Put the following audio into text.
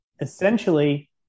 essentially